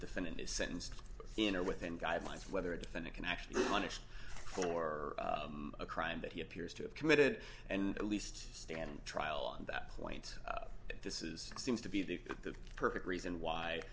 defendant is sentenced in or within guidelines whether a defendant can actually punish for a crime that he appears to have committed and at least stand trial on that point that this is seems to be the perfect reason why